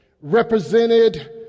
represented